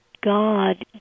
God